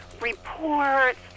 reports